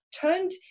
turned